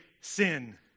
sin